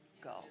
go